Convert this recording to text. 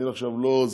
ואני עכשיו לא זה,